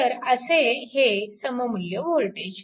तर हे असे सममुल्य वोल्टेज